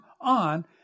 on